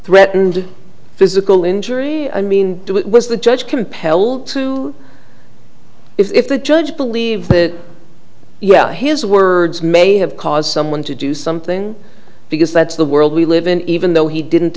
threatened physical injury i mean do it was the judge compelled to if the judge believes that yeah his words may have caused someone to do something because that's the world we live in even though he didn't